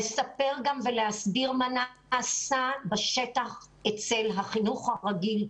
לספר ולהסביר מה נעשה בשטח בחינוך הרגיל,